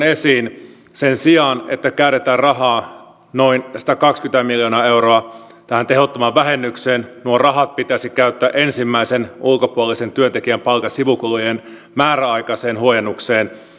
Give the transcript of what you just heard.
esiin sen sijaan että käytetään rahaa noin satakaksikymmentä miljoonaa euroa tähän tehottomaan vähennykseen nuo rahat pitäisi käyttää ensimmäisen ulkopuolisen työntekijän palkan sivukulujen määräaikaiseen huojennukseen